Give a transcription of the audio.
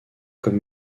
comme